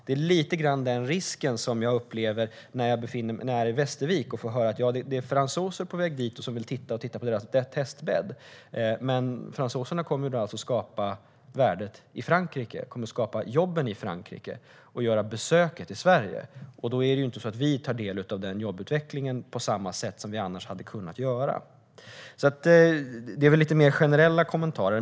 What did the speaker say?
Jag upplevde att det finns en liten risk för det, när jag var i Västervik och fick höra att fransoser är på väg dit. De vill titta på testbädden. Men de kommer alltså att skapa värdet i Frankrike. De kommer att besöka Sverige men skapa jobben i Frankrike. Då tar vi inte del av jobbutvecklingen på samma sätt som vi hade kunnat göra. Det är väl lite mer generella kommentarer.